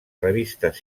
revistes